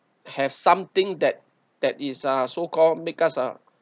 have something that that is uh so called because ah